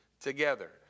together